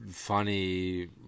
funny